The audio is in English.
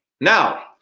now